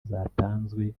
zatanzwe